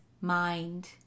mind